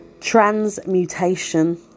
transmutation